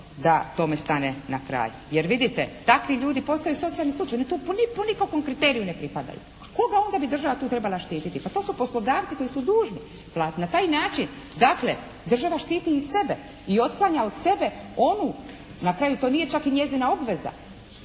da tome stane na kraj. Jer vidite, takvi ljudi postaju socijalnu slučaj. Oni to po nikakvom kriteriju ne pripadaju. Koga onda bi država tu trebala štiti? Pa to su poslodavci koji su dužni platiti. Na taj način dakle država štiti i sebe i otklanja od sebe onu na kraju to nije čak ni njezina obveza